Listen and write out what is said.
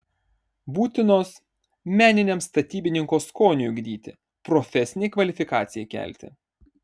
būtinos meniniam statybininko skoniui ugdyti profesinei kvalifikacijai kelti